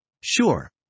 Sure